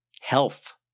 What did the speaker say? health